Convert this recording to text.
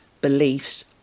beliefs